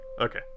Okay